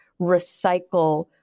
recycle